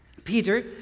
Peter